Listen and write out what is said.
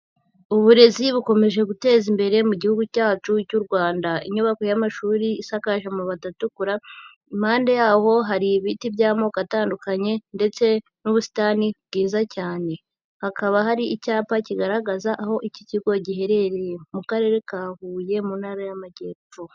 Uburezi bukomeje guteza imbere mu gihugu cyacu cy'u Rwanda. Inyubako y'amashuri isakaje amabati atukura, impande yaho hari ibiti by'amoko atandukanye ndetse n'ubusitani bwiza cyane. Hakaba hari icyapa kigaragaza aho iki kigo giherereye, mu Karere ka Huye, mu Ntara y'Amajyepfo.